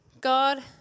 god